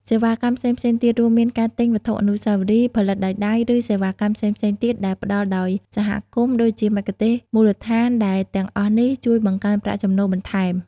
សេវាកម្មផ្សេងៗទៀត រួមមានការទិញ វត្ថុអនុស្សាវរីយ៍ ផលិតដោយដៃ ឬ សេវាកម្មផ្សេងៗទៀតដែលផ្តល់ដោយសហគមន៍ ដូចជាមគ្គុទ្ទេសក៍មូលដ្ឋាន ដែលទាំងអស់នេះជួយបង្កើនប្រាក់ចំណូលបន្ថែម។